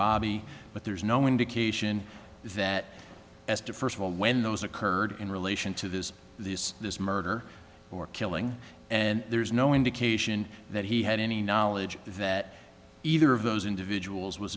bobbie but there's no indication that as to first of all when those occurred in relation to this this this murder or killing and there's no indication that he had any knowledge that either of those individuals was